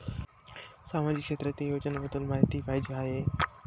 सामाजिक क्षेत्रातील योजनाबद्दल माहिती पाहिजे आहे?